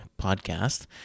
podcast